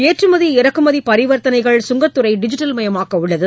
ஏற்றுமதி இறக்குமதி பரிவா்த்தனைகளை சுங்கத்துறை டிஜிட்டல் மயமாக்கவுள்ளது